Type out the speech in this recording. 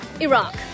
Iraq